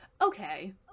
Okay